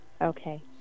Okay